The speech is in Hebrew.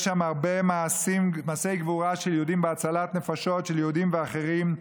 הרבה מעשי גבורה של יהודים בהצלת נפשות של יהודים ואחרים,